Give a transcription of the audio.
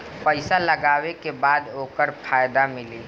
पइसा लगावे के बाद ओकर फायदा मिली